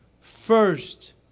first